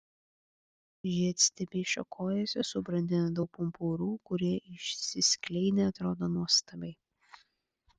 žiedstiebiai šakojasi subrandina daug pumpurų kurie išsiskleidę atrodo nuostabiai